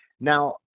Now